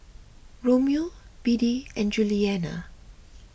Romeo Beadie and Julianna